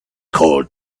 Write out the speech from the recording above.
called